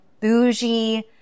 bougie